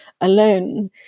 alone